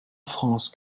france